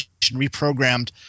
reprogrammed